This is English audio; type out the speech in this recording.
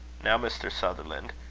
now, mr. sutherland.